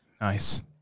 Nice